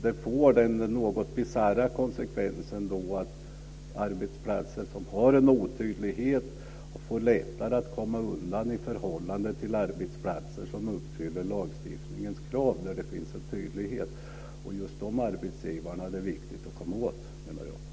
Detta får den bisarra konsekvensen att arbetsplatser som har en otydlighet har lättare att komma undan i förhållande till arbetsplatser som uppfyller lagstiftningens krav och där det finns en tydlighet. Just dessa arbetsgivare är det viktigt att komma åt, anser jag.